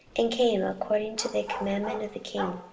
and came, according to the commandment of the king,